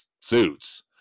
suits